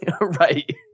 Right